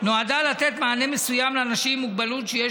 נועדה לתת מענה מסוים לאנשים עם מוגבלות שיש